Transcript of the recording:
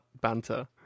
banter